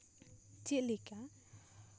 ᱪᱮᱫ ᱞᱮᱠᱟ